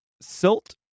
silt